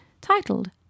titled